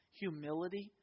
humility